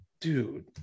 Dude